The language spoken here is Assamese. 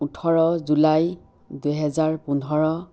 ওঠৰ জুলাই দুহেজাৰ পোন্ধৰ